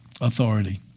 authority